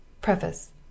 Preface